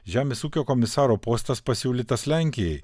žemės ūkio komisaro postas pasiūlytas lenkijai